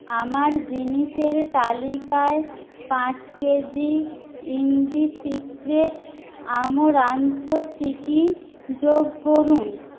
আমার জিনিসের তালিকায় পাঁচ কেজি ইণ্ডিসিক্রেটস আমারান্থ চিকি যোগ করুন